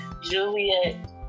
Juliet